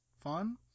fun